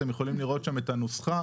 אתם יכולים לראות בשקף את הנוסחה,